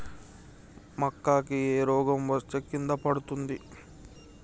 మక్కా కి ఏ రోగం వస్తే కింద పడుతుంది?